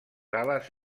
ales